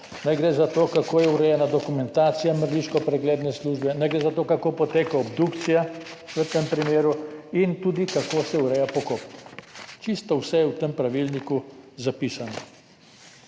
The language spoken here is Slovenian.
naj gre za to, kako je urejena dokumentacija mrliško pregledne službe, naj gre za to, kako poteka obdukcija v tem primeru, in tudi, kako se ureja pokop. Čisto vse je zapisano